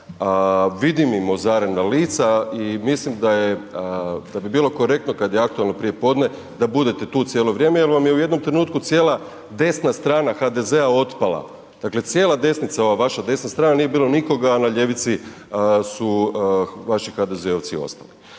Vidim im ozarena lica i mislim da bi bilo korektno kada je aktualno prijepodne da budete tu cijelo vrijeme jer vam je u jednom trenutku cijela desna strana HDZ-a otpala. Dakle cijela desnica ova vaša desna strana nije bilo nikoga a na ljevici su vaši HDZ-ovci ostali.